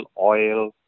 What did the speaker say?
oil